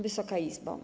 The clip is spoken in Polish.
Wysoka Izbo!